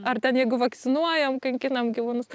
ar ten jeigu vakcinuojam kankinam gyvūnus